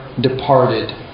departed